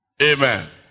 Amen